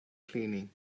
cleaning